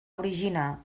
originar